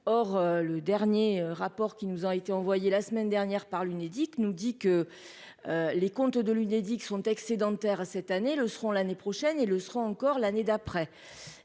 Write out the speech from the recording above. or le dernier rapport qui nous a été envoyé, la semaine dernière par l'Unédic, nous dit que les comptes de l'Unédic sont excédentaires à cette année le seront l'année prochaine et le sera encore l'année d'après,